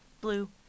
Blue